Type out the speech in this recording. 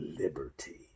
liberty